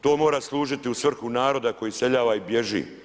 To mora služiti u svrhu naroda koji iseljava i bježi.